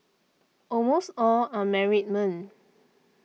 almost all are married men